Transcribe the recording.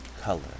color